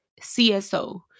CSO